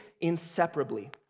inseparably